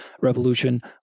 revolution